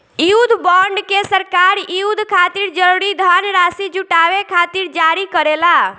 युद्ध बॉन्ड के सरकार युद्ध खातिर जरूरी धनराशि जुटावे खातिर जारी करेला